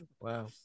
Wow